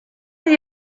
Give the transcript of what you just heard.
mynd